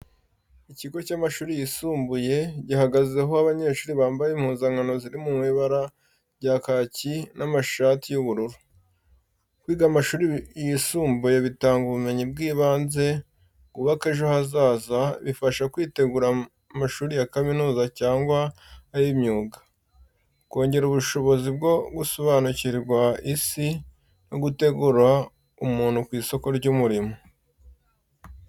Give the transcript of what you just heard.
Ikigo cy'amashuri yisumbuye, gihagazeho abanyeshuri bambaye impuzankano ziri mu ibara rya kaki n'amashati y'ubururu. Kwiga amashuri yisumbuye bitanga ubumenyi bw’ibanze bwubaka ejo hazaza, bifasha kwitegura amashuri ya kaminuza cyangwa ay'imyuga, kongera ubushobozi bwo gusobanukirwa isi, no gutegura umuntu ku isoko ry’umurimo.